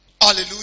Hallelujah